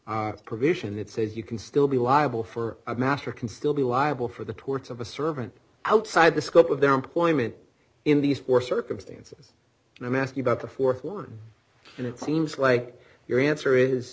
provision that says you can still be liable for a matter can still be liable for the torts of a servant outside the scope of their employment in these four circumstances and i'm asking about the th one and it seems like your answer is